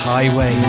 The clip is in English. Highway